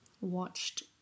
watched